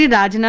da da you know